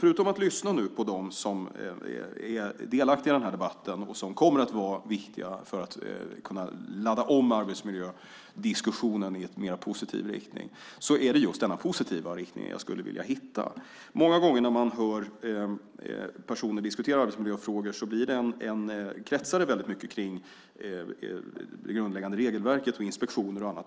Förutom att lyssna på dem som är delaktiga i denna debatt och som kommer att vara viktiga för att kunna ladda om arbetsmiljödiskussionen i en mer positiv riktning är det just denna positiva riktning som jag skulle vilja hitta. Många gånger när man hör personer diskutera arbetsmiljöfrågor kretsar det väldigt mycket kring det grundläggande regelverket, inspektioner och annat.